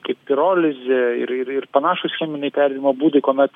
kaip pirolizė ir ir ir panašūs cheminiai perdirbimo būdai kuomet